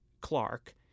Clark